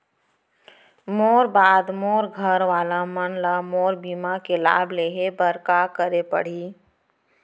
मोर बाद मोर घर वाला मन ला मोर बीमा के लाभ लेहे बर का करे पड़ही?